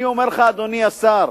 אני אומר לך, אדוני השר,